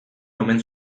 omen